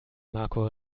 marco